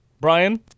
Brian